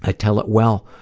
ah tell it well.